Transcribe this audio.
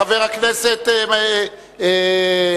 חבר הכנסת גנאים,